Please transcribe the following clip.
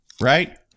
right